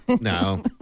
No